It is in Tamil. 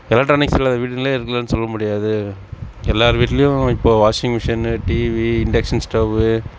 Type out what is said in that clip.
எலக்ட்ரானிக்ஸ் இல்லாத வீடுகளே இல்லைன்னு சொல்ல முடியாது எல்லார் வீட்டிலியும் இப்போது washing machine TV induction stove